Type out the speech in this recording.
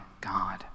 God